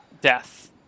death